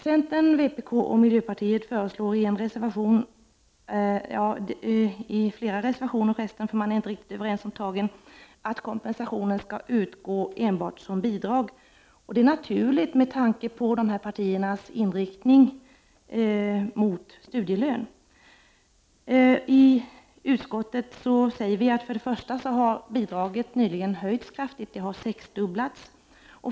Centern, vpk och miljöpartiet föreslår — i flera reservationer, för man är inte riktigt överens — att kompensationen skall utgå enbart som bidrag. Det är naturligt med tanke på dessa partiers inriktning mot studielön. I utskottet säger vi att bidraget för det första nyligen har höjts kraftigt — det har sexdubblats.